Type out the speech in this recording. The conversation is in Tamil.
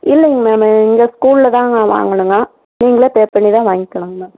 இல்லைங்க மேம் இங்கே ஸ்கூலில் தான்ங்க வாங்கணும்ங்க நீங்களே பே பண்ணி தான் வாங்கிக்கணும்ங்க மேம்